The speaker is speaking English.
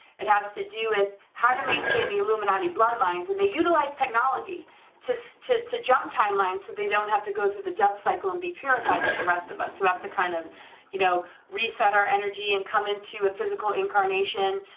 it has to do with how to maintain the illuminati bloodlines, and they utilize technology to so to jump timeline, so they don't have to go through the death cycle and be purified like the rest of us, who have to kind of you know reset our energy and come into a physical incarnation,